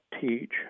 teach